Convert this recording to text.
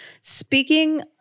Speaking